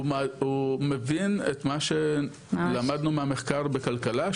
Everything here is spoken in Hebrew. הוא מבין את מה שלמדנו מהמחקר בכלכלה,